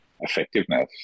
effectiveness